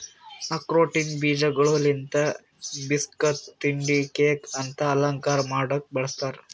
ಆಕ್ರೋಟಿನ ಬೀಜಗೊಳ್ ಲಿಂತ್ ಬಿಸ್ಕಟ್, ತಿಂಡಿ, ಕೇಕ್ ಮತ್ತ ಅಲಂಕಾರ ಮಾಡ್ಲುಕ್ ಬಳ್ಸತಾರ್